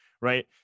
right